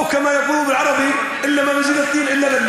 או (אומר בערבית: כפי שאומרים בערבית,